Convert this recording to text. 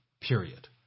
period